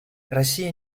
россия